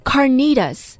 Carnitas